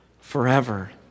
forever